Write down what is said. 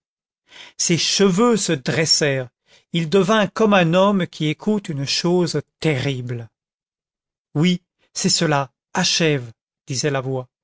ses cheveux se dressèrent il devint comme un homme qui écoute une chose terrible oui c'est cela achève disait la voix